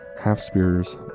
half-spears